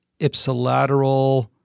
ipsilateral